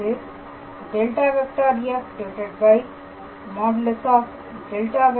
அதாவது ∇⃗⃗ f |∇⃗⃗ f|